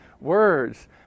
words